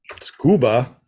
Scuba